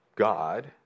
God